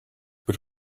but